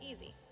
easy